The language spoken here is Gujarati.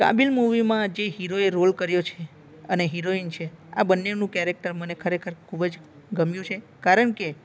કાબિલ મુવીમાં જે હીરો એ રોલ કર્યો છે અને હિરોઈન છે આ બંનેનું કેરેક્ટર મને ખરેખર ખૂબ જ ગમ્યું છે કારણ કે